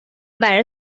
برای